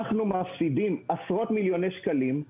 אנחנו מפסידים עשרות מיליוני שקלים.